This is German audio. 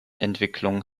entwicklung